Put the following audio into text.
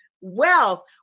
wealth